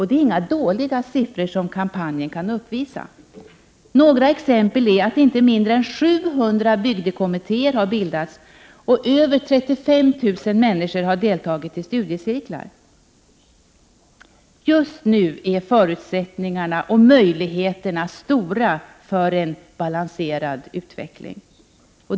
Det är inga dåliga siffror kampanjen kan uppvisa. Några exempel är att inte mindre än 700 bygdekommittéer har bildats, och över 35 000 människor har deltagit i studiecirklar. Just nu är förutsättningarna och möjligheterna stora för en balanserad utveckling.